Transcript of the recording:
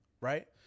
right